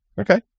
Okay